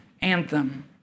anthem